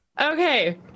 Okay